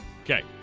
Okay